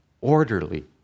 orderly